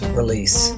release